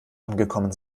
angekommen